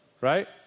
right